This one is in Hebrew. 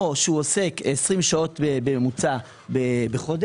או שהוא עוסק 20 שעות בממוצע בחודש,